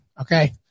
Okay